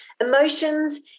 emotions